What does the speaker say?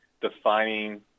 defining